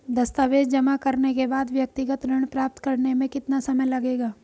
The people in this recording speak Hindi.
दस्तावेज़ जमा करने के बाद व्यक्तिगत ऋण प्राप्त करने में कितना समय लगेगा?